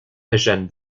jeanne